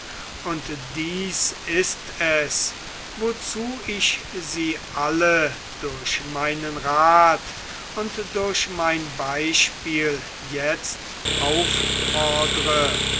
und dies ist es wozu ich sie alle durch meinen rath und durch mein beispiel jetzt auffordere